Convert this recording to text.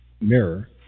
mirror